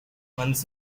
once